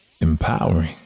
empowering